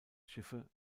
schiffe